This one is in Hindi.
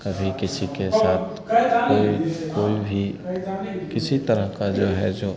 कभी किसी के साथ कोई कोई भी किसी तरह का जो है जो